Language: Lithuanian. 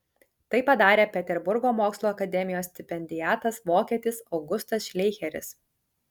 tai padarė peterburgo mokslų akademijos stipendiatas vokietis augustas šleicheris